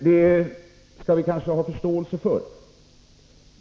Det skall vi kanske ha förståelse för.